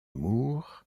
moor